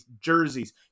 jerseys